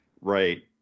Right